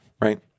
right